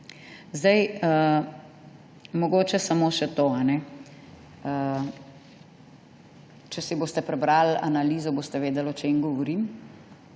nikjer. Mogoče samo še to. Če si boste prebrali analizo, boste vedeli, o čem govorim.